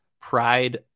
Pride